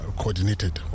coordinated